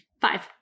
five